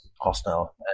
hostile